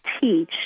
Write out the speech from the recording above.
teach